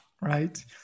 right